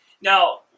now